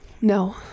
no